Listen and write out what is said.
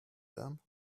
them